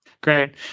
Great